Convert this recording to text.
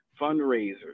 fundraisers